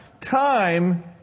Time